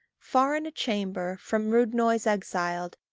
far in a chamber from rude noise exiled,